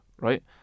Right